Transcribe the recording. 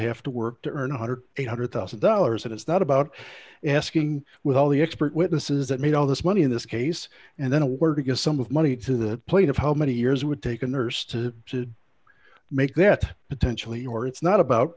have to work to earn ten thousand eight hundred one thousand dollars and it's not about asking with all the expert witnesses that made all this money in this case and then a word to get some of money to the plate of how many years it would take a nurse to make that potentially or it's not about